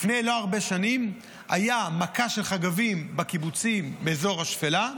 לפני לא הרבה שנים הייתה מכה של חגבים בקיבוצים באזור השפלה,